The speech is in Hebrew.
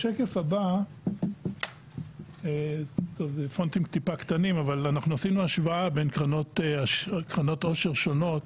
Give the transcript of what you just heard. בשקף הבא אנחנו עשינו השוואה בין קרנות עושר שונות.